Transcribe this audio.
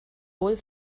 wohl